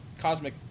cosmic